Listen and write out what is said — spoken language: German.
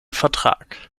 vertrag